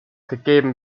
gegeben